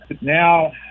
Now